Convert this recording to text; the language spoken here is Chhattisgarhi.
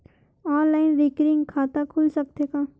ऑनलाइन रिकरिंग खाता खुल सकथे का?